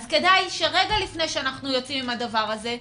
אז כדאי שרגע לפני שאנחנו יוצאים עם הדבר הזה,